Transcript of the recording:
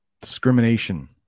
Discrimination